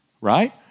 right